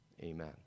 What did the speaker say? Amen